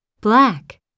black